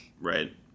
Right